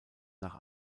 nach